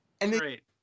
Great